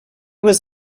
was